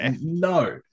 no